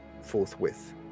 forthwith